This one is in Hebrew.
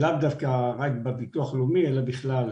אחת הבעיות הגדולות לאו דווקא בביטוח הלאומי אלא בכלל.